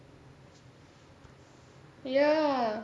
ya